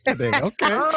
okay